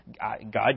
God